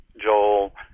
Joel